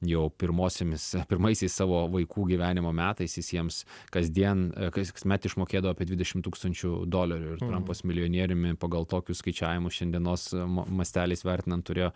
jau pirmosiomis pirmaisiais savo vaikų gyvenimo metais jis jiems kasdien kasmet išmokėdavo apie dvidešimt tūkstančių dolerių ir trampas milijonieriumi pagal tokius skaičiavimus šiandienos ma masteliais vertinant turėjo